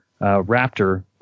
Raptor